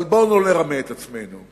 אבל בואו לא נרמה את עצמנו: